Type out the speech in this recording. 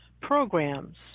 programs